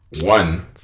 one